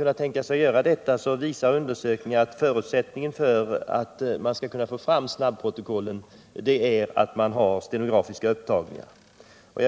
Undersökningar visar att förutsättningen för att få fram snabbprotokollen äratt man har stenografiska upptagningar. Det